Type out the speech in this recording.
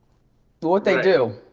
but what they do.